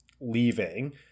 leaving